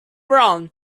round